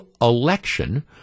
election